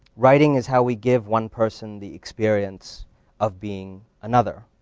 writing is how we give one person the experience of being another,